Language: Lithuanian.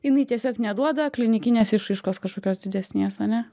jinai tiesiog neduoda klinikinės išraiškos kažkokios didesnės ane